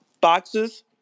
boxes